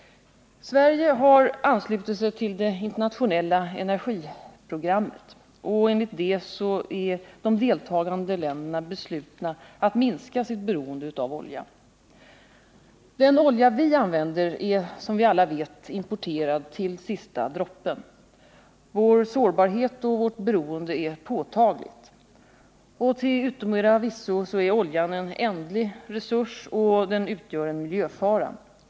Sverige har anslutit sig till det internationella energiprogrammet. Enligt detta är de deltagande länderna beslutna att minska sitt beroende av olja. Den olja vi använder är, som vi alla vet, importerad till sista droppen. Vår sårbarhet och vårt beroende är påtagligt. Till yttermera visso är oljan en ändlig resurs, och den utgör en miljöfara.